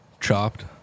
Chopped